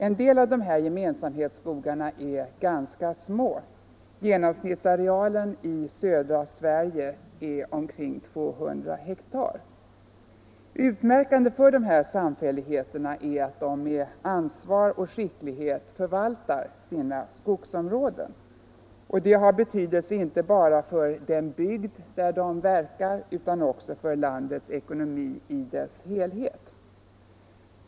En del av de här gemensamhetsskogarna är ganska små, genomsnittsarealen i södra Sverige är omkring 200 ha. Utmärkande för de här samfälligheterna är att de med ansvar och skicklighet förvaltar sina skogsområden. Det har betydelse inte bara för den bygd där de verkar utan också för landets ekonomi i dess helhet.